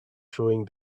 showing